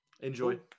Enjoy